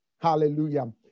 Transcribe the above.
Hallelujah